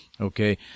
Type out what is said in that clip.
okay